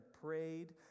prayed